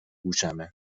گوشمه